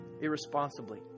irresponsibly